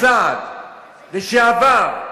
סעד לשעבר.